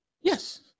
Yes